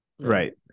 right